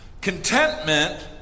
Contentment